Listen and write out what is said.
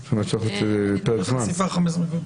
מגע ארוך, זאת אומרת, צריך פרק זמן.